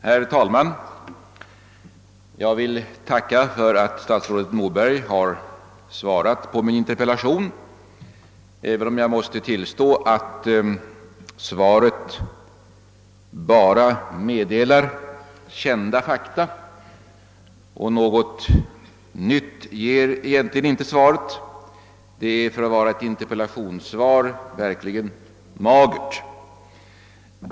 Herr talman! Jag vill tacka statsrådet Moberg för att han svarat på min interpellation, även om jag måste tillstå att svaret bara förmedlar kända fakta. Något egentligt nytt ger svaret inte. För att vara ett interpellationssvar var det verkligen magert.